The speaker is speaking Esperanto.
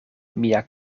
mia